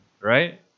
right